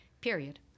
period